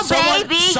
baby